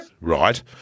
right